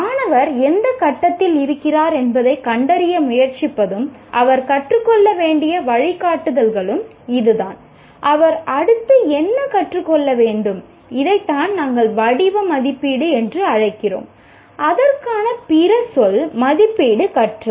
மாணவர் எந்த கட்டத்தில் இருக்கிறார் என்பதைக் கண்டறிய முயற்சிப்பதும் அவர் கற்றுக்கொள்ள வேண்டிய வழிகாட்டுதல்களும் இதுதான் அவர் அடுத்து என்ன கற்றுக் கொள்ள வேண்டும் இதைத்தான் நாங்கள் வடிவ மதிப்பீடு என்று அழைக்கிறோம் அதற்கான பிற சொல் மதிப்பீடு கற்றல்